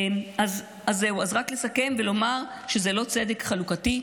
זהו, רק לסכם ולומר שזה לא צדק חלוקתי.